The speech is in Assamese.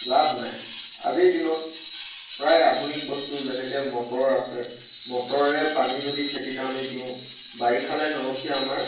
লাভ নাই আজিৰ দিনত প্ৰায় আধুনিক বস্তু যেনেকৈ মটৰ আছে মটৰেৰে পানী যদি আমি খেতিত দিওঁ বাৰিষালৈ নৰখি আমাৰ